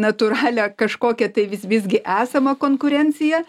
natūralią kažkokią tai vis visgi esamą konkurenciją